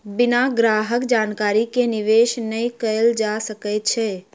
बिना ग्राहक जानकारी के निवेश नै कयल जा सकै छै